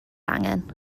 angen